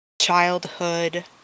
childhood